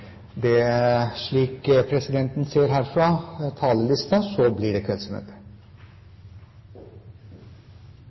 Slik presidenten ser talelisten herfra, blir det kveldsmøte.